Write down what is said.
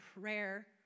prayer